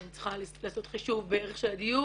אני צריכה לעשות חישוב בערך של הדיור.